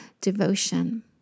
devotion